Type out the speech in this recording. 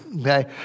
Okay